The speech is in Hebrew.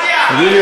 זו הדמוקרטיה.